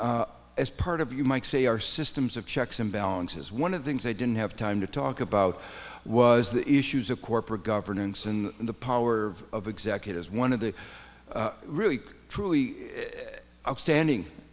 in as part of you might say our systems of checks and balances one of the things i didn't have time to talk about was the issues of corporate governance and the power of executives one of the really truly outstanding